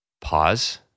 Pause